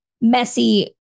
messy